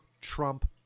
Trump